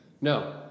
No